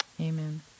Amen